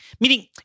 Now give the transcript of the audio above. meaning